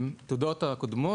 את התעודה הקודמת